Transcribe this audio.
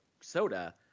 soda